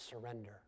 surrender